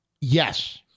Yes